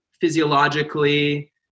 physiologically